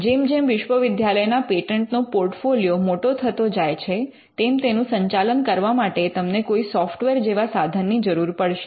જેમ જેમ વિશ્વવિદ્યાલયના પેટન્ટનો પૉર્ટફોલિઓ મોટો થતો જાય છે તેમ તેનું સંચાલન કરવા માટે તમને કોઈ સોફ્ટવેર જેવા સાધનની જરૂર પડશે